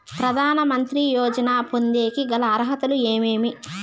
ప్రధాన మంత్రి యోజన పొందేకి గల అర్హతలు ఏమేమి?